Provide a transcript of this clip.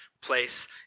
place